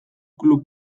klub